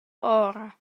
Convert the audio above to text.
ora